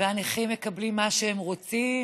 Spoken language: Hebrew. והנכים מקבלים מה שהם רוצים,